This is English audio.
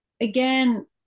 Again